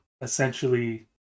essentially